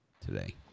today